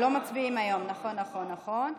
לא מצביעים היום, נכון, נכון, נכון.